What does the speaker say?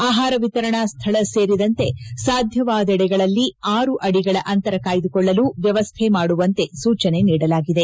ಆಹಾರ ವಿತರಣಾ ಸ್ಥಳ ಸೇರಿದಂತೆ ಸಾಧ್ಯವಾದೆಡೆಗಳಲ್ಲಿ ಆರು ಅಡಿಗಳ ಅಂತರ ಕಾಯ್ದುಕೊಳ್ಳಲು ವ್ಯವಸ್ಥೆ ಮಾಡುವಂತೆ ಸೂಚನೆ ನೀಡಲಾಗಿದೆ